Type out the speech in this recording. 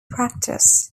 practice